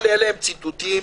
כל אלה הם ציטוטים